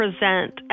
present